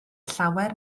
llawer